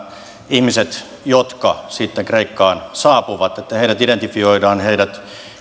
ihmiset jotka sitten kreikkaan saapuvat identifioidaan heidät